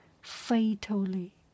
fatally